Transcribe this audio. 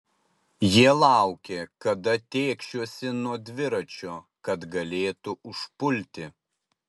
jie laukė kada tėkšiuosi nuo dviračio kad galėtų užpulti